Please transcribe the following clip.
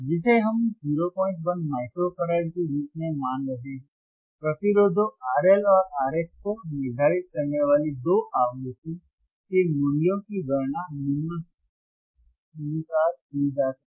जिसे हम 01 micro farad के रूप में मान रहे हैं प्रतिरोधों RL और RH को निर्धारित करने वाली दो आवृत्ति के मूल्यों की गणना निम्नानुसार की जा सकती है